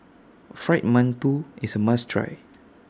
Fried mantou IS A must Try